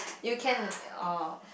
you can oh